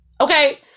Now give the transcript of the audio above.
okay